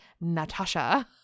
Natasha